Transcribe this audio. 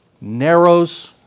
narrows